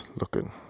looking